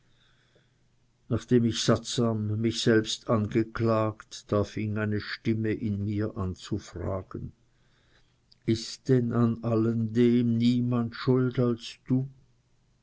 nachdem ich sattsam mich selbst angeklagt da fing eine stimme in mir an zu fragen ist denn an dem allem niemand schuld als du